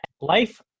life